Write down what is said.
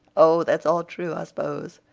oh, that's all true, i s'pose,